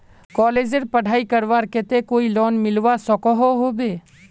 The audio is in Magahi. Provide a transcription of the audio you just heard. कॉलेजेर पढ़ाई करवार केते कोई लोन मिलवा सकोहो होबे?